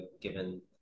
given